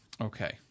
Okay